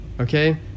okay